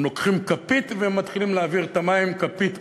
הם לוקחים כפית ומתחילים להעביר את המים כפית-כפית,